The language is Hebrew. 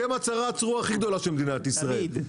אתם הצרה הצרורה הכי גדולה של מדינת ישראל,